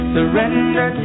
Surrender